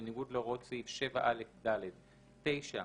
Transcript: בניגוד להוראות סעיף 7א(ד); (9)מייצר,